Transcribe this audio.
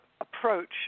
approach